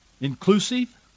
Inclusive